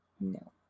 No